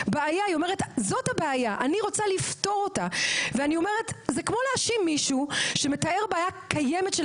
זו הפרת צו של נשים שאני יודע מה העמדה לגבי